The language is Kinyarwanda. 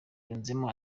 yunzemo